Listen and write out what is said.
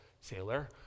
sailor